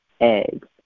eggs